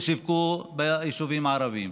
שווקו ביישובים הערביים.